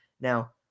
Now